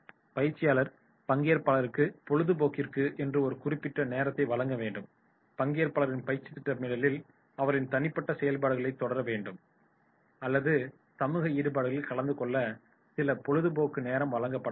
பயிற்சியாளர் பங்கேற்பாளர்களுக்கு பொழுதுப்போக்கிற்கு என்று ஒரு குறிப்பிட்ட நேரத்தை வழங்க வேண்டும் பங்கேற்பாளர்களின் பயிற்சி திட்டமிடலில் அவர்களின் தனிப்பட்ட செயல்பாடுகளைத் தொடர அல்லது சமூக ஈடுபாடுகளில் கலந்துகொள்ள சில பொழுபோக்கு நேரம் வழங்க பட வேண்டும்